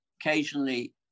occasionally